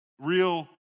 Real